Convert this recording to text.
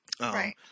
Right